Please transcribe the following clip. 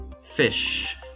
Fish